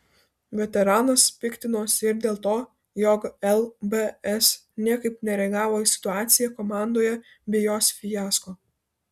veteranas piktinosi ir dėl to jog lbs niekaip nereagavo į situaciją komandoje bei jos fiasko